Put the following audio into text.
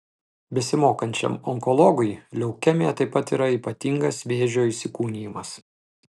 besimokančiam onkologui leukemija taip pat yra ypatingas vėžio įsikūnijimas